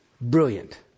Brilliant